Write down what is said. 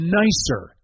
nicer